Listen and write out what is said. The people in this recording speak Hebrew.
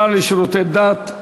השר לשירותי דת,